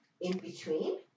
in-between